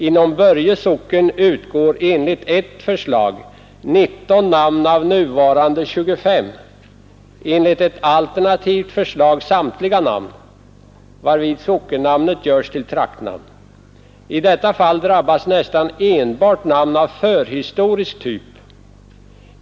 Inom Börje socken utgår enligt ett förslag 19 namn av nuvarande 25, enligt ett alternativt förslag samtliga namn, varvid sockennamnet görs till traktnamn. I detta fall drabbas nästan enbart namn av förhistorisk typ.